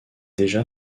déjà